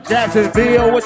Jacksonville